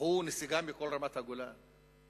הוא נסיגה מכל רמת-הגולן?